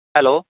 hello